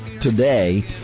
today